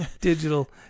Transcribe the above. digital